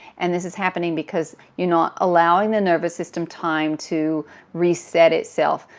and this is happening because you're not allowing the nervous system time to reset itself.